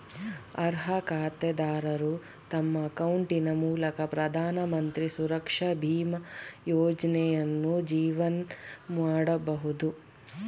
ಅರ್ಹ ಖಾತೆದಾರರು ತಮ್ಮ ಅಕೌಂಟಿನ ಮೂಲಕ ಪ್ರಧಾನಮಂತ್ರಿ ಸುರಕ್ಷಾ ಬೀಮಾ ಯೋಜ್ನಯನ್ನು ಜೀವನ್ ಮಾಡಬಹುದು